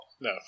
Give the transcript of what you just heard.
No